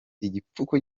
igipfuko